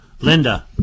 Linda